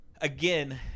Again